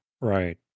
Right